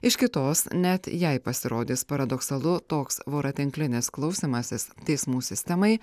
iš kitos net jei pasirodys paradoksalu toks voratinklinis klausymasis teismų sistemai